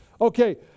Okay